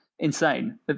Insane